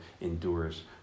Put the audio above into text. endures